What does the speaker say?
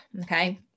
okay